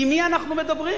עם מי אנחנו מדברים?